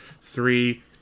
Three